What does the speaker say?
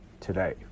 today